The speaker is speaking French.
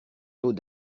dos